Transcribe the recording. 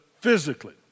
physically